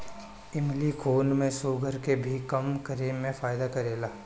इमली खून में शुगर के भी कम करे में फायदा करेला